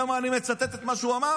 למה אני מצטט את מה שהוא אמר?